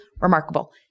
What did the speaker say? remarkable